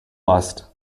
bust